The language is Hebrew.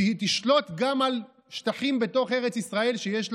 תשלוט גם על שטחים בתוך ארץ ישראל, שיש לה,